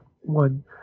one